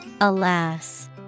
Alas